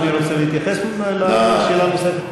אדוני רוצה להתייחס לשאלה הנוספת?